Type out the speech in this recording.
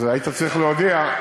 אז היית צריך להודיע.